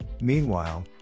Meanwhile